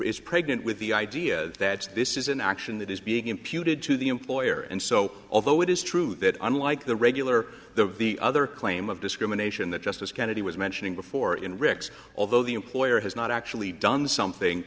is pregnant with the idea that this is an action that is being imputed to the employer and so although it is true that unlike the regular the the other claim of discrimination that justice kennedy was mentioning before in ric's although the employer has not actually done